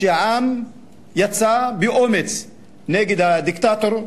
שהעם יצא באומץ נגד הדיקטטור,